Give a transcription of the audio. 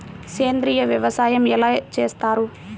సేంద్రీయ వ్యవసాయం ఎలా చేస్తారు?